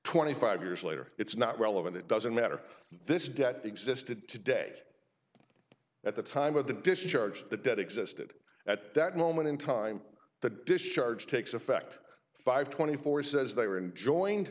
twenty five years later it's not relevant it doesn't matter this debt existed today at the time of the discharge the debt existed at that moment in time the discharge takes effect five twenty four says they were and join